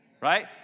right